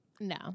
No